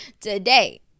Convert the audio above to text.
today